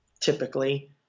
typically